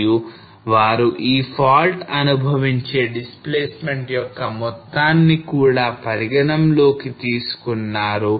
మరియు వారు ఈ fault అనుభవించే displacement యొక్క మొత్తాన్ని కూడా పరిగణనలోకి తీసుకున్నారు